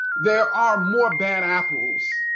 there are more bad apples.